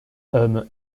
homme